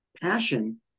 Passion